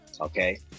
okay